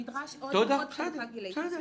נדרשת עוד חלוקה גילאית מסוימת.